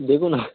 দেখুন